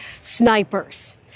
snipers